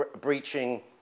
breaching